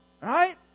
Right